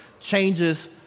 changes